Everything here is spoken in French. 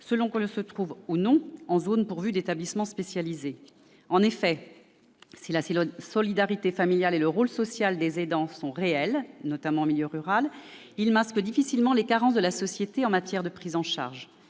toutes les zones n'étant pas pourvues d'établissements spécialisés. Si la solidarité familiale et le rôle social des aidants sont réels, notamment en milieu rural, ils masquent difficilement les carences de la société en matière de prise en charge.